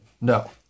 No